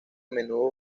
menudo